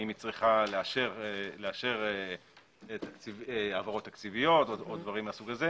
אם היא צריכה לאשר העברות תקציביות או דברים מהסוג הזה,